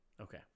Okay